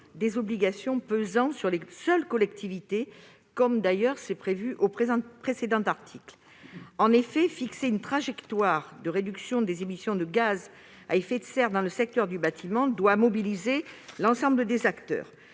des obligations pesant sur les seules collectivités, comme c'est d'ailleurs prévu à l'article 39. En effet, la trajectoire de réduction des émissions de gaz à effet de serre dans le secteur du bâtiment doit mobiliser l'ensemble des acteurs.